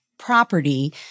Property